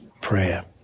Prayer